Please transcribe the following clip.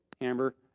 Amber